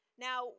Now